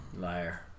Liar